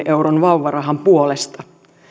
euron vauvarahan puolesta